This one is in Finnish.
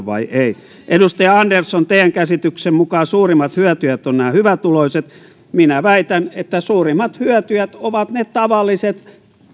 vai ei edustaja andersson teidän käsityksenne mukaan suurimmat hyötyjät ovat nämä hyvätuloiset minä väitän että suurimmat hyötyjät ovat ne tavalliset